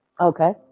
Okay